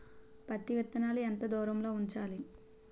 పత్తి విత్తనాలు ఎంత దూరంలో ఉంచాలి?